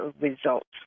results